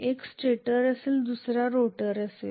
एक स्टेटर असेल तर दुसरा रोटर असेल